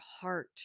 heart